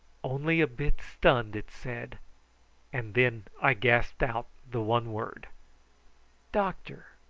only a bit stunned, it said and then i gasped out the one word doctor!